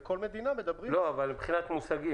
מה מבחינת מושגים?